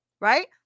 right